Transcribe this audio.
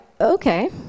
okay